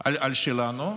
על שלנו,